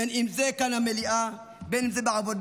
בין אם זה כאן, במליאה, בין אם זה בעבודות